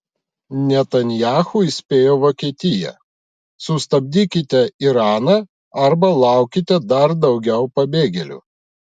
netanyahu įspėjo vokietiją sustabdykite iraną arba laukite dar daugiau pabėgėlių